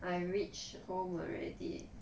I reach home already